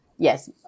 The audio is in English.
Yes